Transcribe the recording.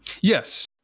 Yes